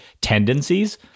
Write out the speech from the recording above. tendencies –